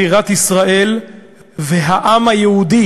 בירת ישראל והעם היהודי